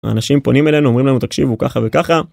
האנשים פונים אלינו אומרים לנו תקשיבו ככה וככה